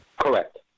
Correct